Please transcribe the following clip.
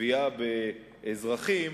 גבייה באזרחים,